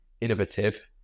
innovative